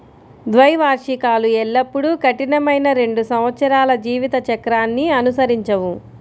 ద్వైవార్షికాలు ఎల్లప్పుడూ కఠినమైన రెండు సంవత్సరాల జీవిత చక్రాన్ని అనుసరించవు